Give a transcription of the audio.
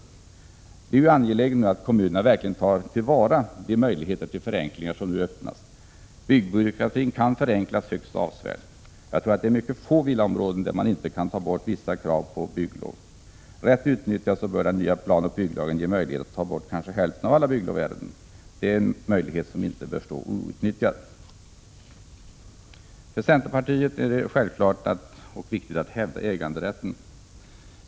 Det är angeläget att kommunerna verkligen tar till vara de möjligheter till förenklingar som nu öppnas. Byggbyråkratin kan förenklas högst avsevärt. Jag tror att det finns mycket få villaområden där man inte kan ta bort vissa krav på bygglov. Rätt utnyttjad bör den nya planoch bygglagen ge möjlighet att ta bort kanske hälften av alla bygglovsärenden. Det är en möjlighet som inte bör stå outnyttjad. För centerpartiet är det självklart och viktigt att hävda äganderätten.